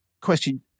question